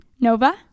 Nova